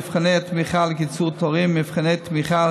מבחני תמיכה לקיצור תורים ומבחני תמיכה